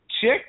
chick